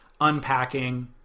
unpacking